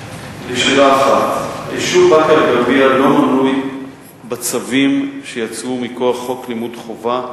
1. היישוב באקה-אל-ע'רביה לא מנוי בצווים שיצאו מכוח חוק לימוד חובה,